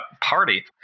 party